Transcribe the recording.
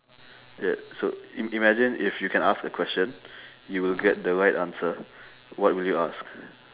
ya so im~ imagine if you can ask a question you will get the right answer what will you ask